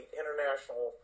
international